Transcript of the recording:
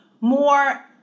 more